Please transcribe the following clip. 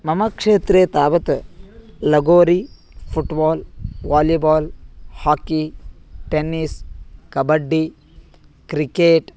मम क्षेत्रे तावत् lagori football volleyball hockey tennis kabaddi cricket